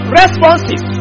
responses